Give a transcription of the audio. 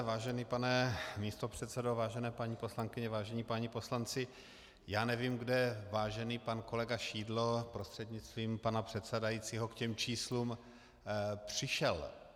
Vážený pane místopředsedo, vážené paní poslankyně, vážení páni poslanci, nevím, kde vážený pan kolega Šidlo prostřednictvím pana předsedajícího k těm číslům přišel.